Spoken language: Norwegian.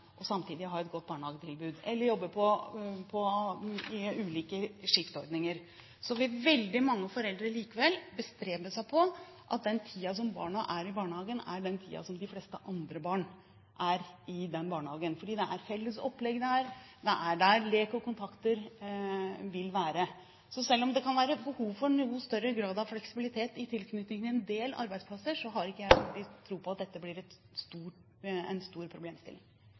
og samtidig ha et godt barnehagetilbud eller jobbe i ulike skiftordninger, vil veldig mange foreldre likevel bestrebe seg på at den tiden som barna er i barnehagen, er den tiden som de fleste andre barn er i den barnehagen, fordi det er felles opplegg der. Det er der lek og kontakter vil være. Så selv om det kan være behov for noe større grad av fleksibilitet i tilknytning til en del arbeidsplasser, har ikke jeg noen tro på at dette blir en stor problemstilling.